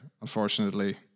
unfortunately